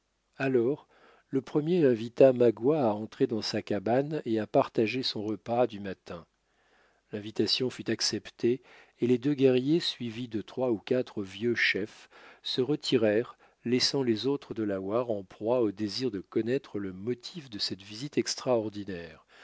alors le premier invita magua à entrer dans sa cabane et à partager son repas du matin l'invitation fut acceptée et les deux guerriers suivis de trois ou quatre vieux chefs se retirèrent laissant les autres delawares en proie au désir de connaître le motif de cette visite extraordinaire